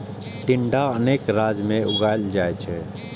टिंडा अनेक राज्य मे उगाएल जाइ छै